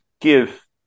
give